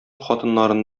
хатыннарын